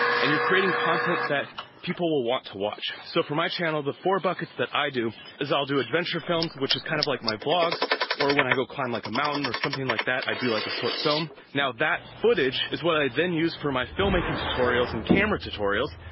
and you're creating content that people will want to watch. so for my channel, the four buckets that i do is i'll do adventure films, which is kind of like my vlogs or when i go climb like a mountain or something like that, i do like a short film. now, that footage is what i then use for my filmmaking tutorials and camera tutorials.